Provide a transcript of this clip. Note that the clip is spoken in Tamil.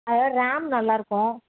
அதில் ரேம் நல்லா இருக்கும்